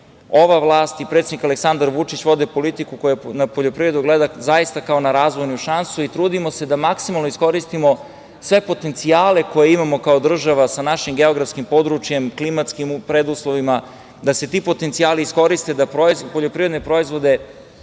ova vlast i predsednik Aleksandar Vučić vode politiku koja na poljoprivredu gleda zaista kao na razvojnu šansu i trudimo se da maksimalno iskoristimo sve potencijale koje imamo kao država, sa našim geografskim područjem, klimatskim preduslovima, da se ti potencijali iskoriste, da poljoprivredne proizvode